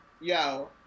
Yo